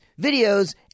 videos